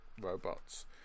robots